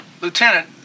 Lieutenant